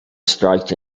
strike